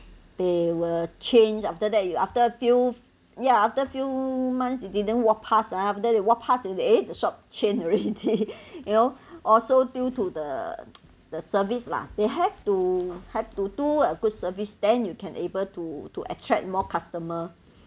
they will changed after that you after few ya after few months you didn't walk past ah after you walk past they will say the shop change already you know also due to the the service lah they have to have to do a good service then you can able to to attract more customer